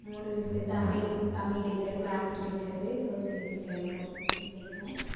மூணு miss Tamil Tamil teacher maths teacher social teacher மூணு பிடிக்கும்